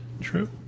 true